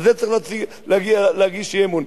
על זה צריך להגיש אי-אמון.